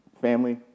Family